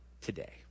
today